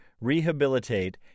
rehabilitate